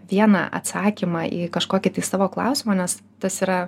vieną atsakymą į kažkokį tai savo klausimą nes tas yra